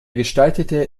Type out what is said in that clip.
gestaltete